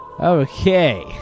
Okay